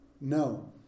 No